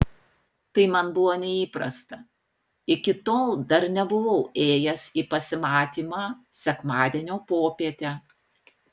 tai man buvo neįprasta iki tol dar nebuvau ėjęs į pasimatymą sekmadienio popietę